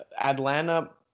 Atlanta